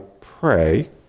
pray